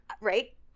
right